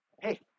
Hey